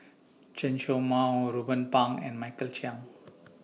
Chen Show Mao Ruben Pang and Michael Chiang